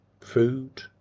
food